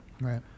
right